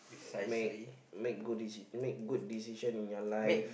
make make good make good decisions in your life